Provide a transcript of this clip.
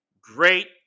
great